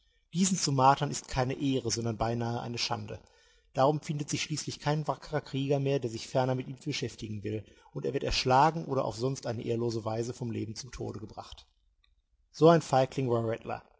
diesen zu martern ist keine ehre sondern beinahe eine schande darum findet sich schließlich kein wackerer krieger mehr der sich ferner mit ihm beschäftigen will und er wird erschlagen oder auf sonst eine ehrlose weise vom leben zum tode gebracht so ein feigling